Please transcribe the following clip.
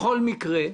בכל מקרה,